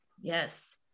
yes